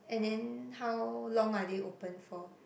and then how long are they open for